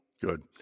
Good